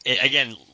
again